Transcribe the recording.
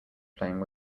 playing